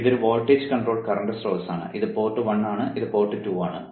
ഇതൊരു voltage control current സ്രോതസ്സാണ് ഇത് പോർട്ട് 1 ആണ് ഇത് പോർട്ട് 2 ആണ്